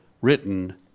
written